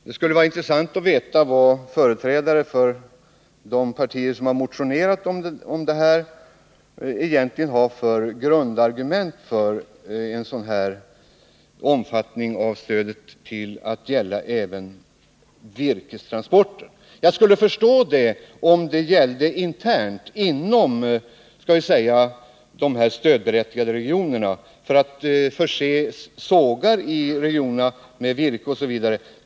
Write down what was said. Det skulle vara intressant att veta vad företrädare för de partier som motionerat i denna fråga egentligen har för grundargument för sitt förslag att stödet även skulle gälla virkestransporter. Jag skulle förstå förslaget om det gällde transporter internt inom de stödberättigade regionerna för att förse sågar i regionerna med virke.